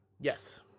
Yes